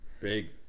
big